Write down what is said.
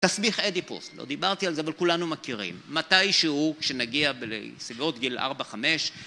תסביך אדיפוס, לא דיברתי על זה אבל כולנו מכירים. מתי שהוא, כשנגיע בסביבות גיל 4-5